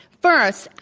first,